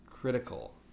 critical